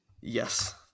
Yes